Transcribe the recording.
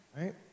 Right